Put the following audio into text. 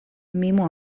mimo